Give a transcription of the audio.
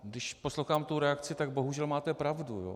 Když poslouchám tu reakci, tak bohužel máte pravdu.